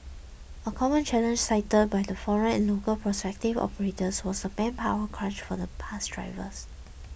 a common challenge cited by the foreign and local prospective operators was the manpower crunch for the bus drivers